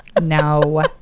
no